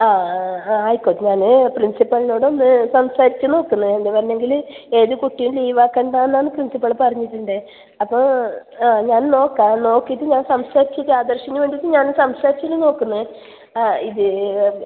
ആ ആ ആയിക്കോ ഞാൻ പ്രിൻസിപ്പലിനോടൊന്ന് സംസാരിച്ച് നോക്കുന്നു എന്താണ് പറഞ്ഞതെങ്കിൽ ഏത് കുട്ടിയും ലീവ് ആക്കേണ്ട എന്നാണ് പ്രിൻസിപ്പൾ പറഞ്ഞിട്ടുണ്ട് അപ്പോൾ ആ ഞാൻ നോക്കാം നോക്കിയിട്ട് ഞാൻ സംസാരിച്ചിട്ട് ആദർശിന് വേണ്ടിയിട്ട് ഞാൻ സംസാരിച്ച് നോക്കുന്നു ആ ഇത്